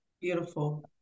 Beautiful